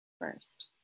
first